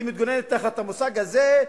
היא מתגוננת תחת המושג הזה,